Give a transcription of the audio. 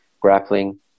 grappling